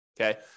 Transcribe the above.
Okay